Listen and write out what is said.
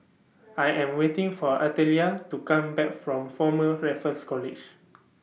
I Am waiting For Artelia to Come Back from Former Raffles College